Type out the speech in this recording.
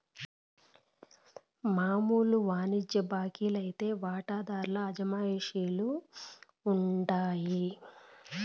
మామూలు వానిజ్య బాంకీ లైతే వాటాదార్ల అజమాయిషీల ఉండాయి